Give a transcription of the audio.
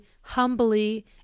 humbly